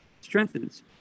strengthens